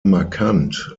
markant